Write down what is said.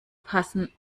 passen